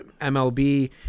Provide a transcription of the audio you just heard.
MLB